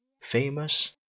famous